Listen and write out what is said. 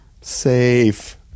safe